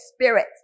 Spirit